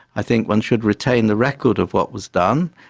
i think one should retain the record of what was done,